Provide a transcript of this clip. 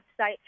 website